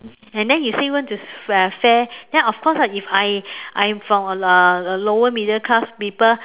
and then you say want to uh fair then of course ah if I I'm from uh a lower middle class people